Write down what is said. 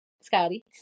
Scotty